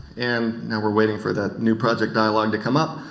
and now we are waiting for the new project dialogue to come up,